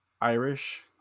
irish